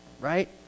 right